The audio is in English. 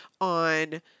on